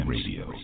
Radio